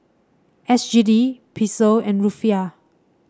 S G D Peso and Rufiyaa